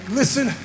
listen